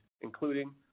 including